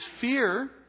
fear